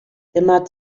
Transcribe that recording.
immer